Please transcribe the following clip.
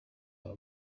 baba